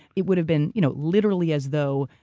it would have been you know literally as though,